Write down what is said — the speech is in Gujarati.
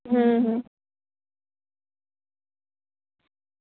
હમ